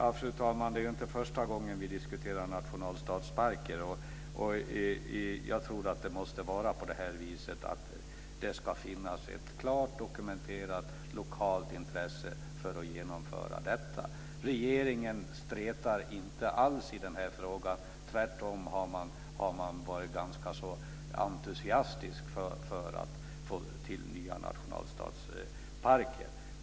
Fru talman! Det är inte första gången som vi diskuterar nationalstadsparker. Jag tror att det måste finnas ett klart dokumenterat lokalt intresse för att genomföra sådana. Regeringen spretar inte alls i den här frågan. Tvärtom har den varit ganska så entusiastisk för att få till stånd nya nationalstadsparker.